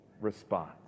response